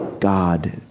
God